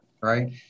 Right